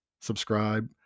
subscribe